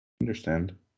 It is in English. understand